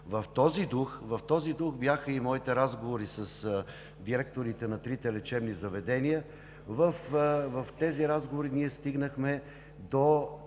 В този дух бяха и моите разговори с директорите на трите лечебни заведения. В тези разговори ние стигнахме до